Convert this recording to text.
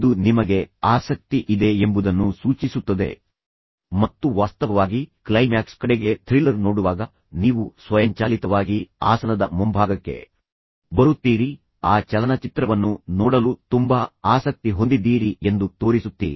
ಇದು ನಿಮಗೆ ಆಸಕ್ತಿ ಇದೆ ಎಂಬುದನ್ನು ಸೂಚಿಸುತ್ತದೆ ಮತ್ತು ವಾಸ್ತವವಾಗಿ ಕ್ಲೈಮ್ಯಾಕ್ಸ್ ಕಡೆಗೆ ಥ್ರಿಲ್ಲರ್ ನೋಡುವಾಗ ನೀವು ಸ್ವಯಂಚಾಲಿತವಾಗಿ ಆಸನದ ಮುಂಭಾಗಕ್ಕೆ ಬರುತ್ತೀರಿ ಆ ಚಲನಚಿತ್ರವನ್ನು ನೋಡಲು ತುಂಬಾ ಆಸಕ್ತಿ ಹೊಂದಿದ್ದೀರಿ ಎಂದು ತೋರಿಸುತ್ತೀರಿ